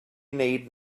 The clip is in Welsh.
wneud